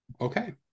Okay